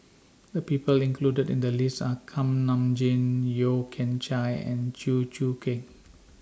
The People included in The list Are Kuak Nam Jin Yeo Kian Chai and Chew Choo Keng